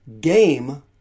game